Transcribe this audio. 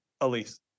Elise